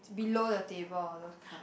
below the table all those kind